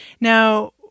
Now